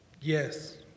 Yes